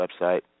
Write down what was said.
website